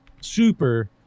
Super